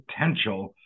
potential